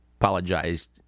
apologized